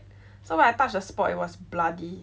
so when I touched the spot it was bloody